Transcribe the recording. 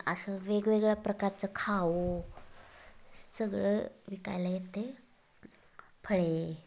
असं वेगवेगळ्या प्रकारचं खाऊ सगळं विकायला येते फळे